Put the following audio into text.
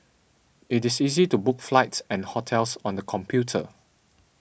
it is easy to book flights and hotels on a computer